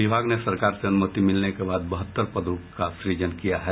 विभाग ने सरकार से अनुमति मिलने के बाद बहत्तर पदों की सजृन किया है